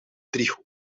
driehoek